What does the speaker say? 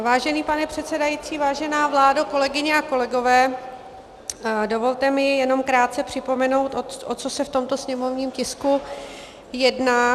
Vážený pane předsedající, vážená vládo, kolegyně a kolegové, dovolte mi jenom krátce připomenout, o co se v tomto sněmovním tisku jedná.